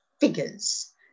figures